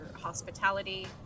hospitality